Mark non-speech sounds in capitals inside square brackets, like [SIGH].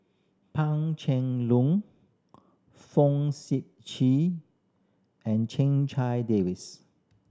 Pan Cheng [UNINTELLIGIBLE] Fong Sip Chee and [UNINTELLIGIBLE] Davies